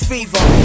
Fever